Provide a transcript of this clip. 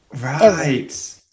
Right